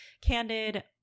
candid